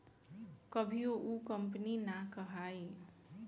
कभियो उ कंपनी ना कहाई